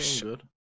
good